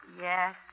Yes